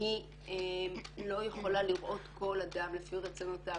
היא לא יכולה לראות כל אדם לפי רצונותיו,